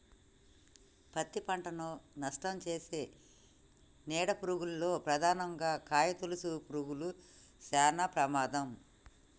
పత్తి పంటను నష్టంచేసే నీడ పురుగుల్లో ప్రధానంగా కాయతొలుచు పురుగులు శానా ప్రమాదం